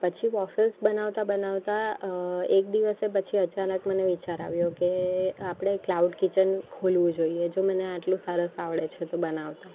પછી વોફેલ્સ બનાવતા બનાવતા એક દિવસે પછી અચાનક મને વિચાર આવ્યો કે આપણે ક્લાઉડ કિચન ખોલવું જોઈએ જો મને આટલું સરસ આવડે છે તો બનાવતા